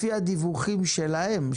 לפי הדיווחים שלהם,